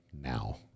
now